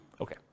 Okay